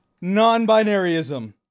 non-binaryism